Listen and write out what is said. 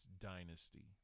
dynasty